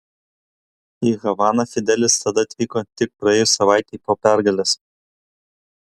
į havaną fidelis tada atvyko tik praėjus savaitei po pergalės